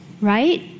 right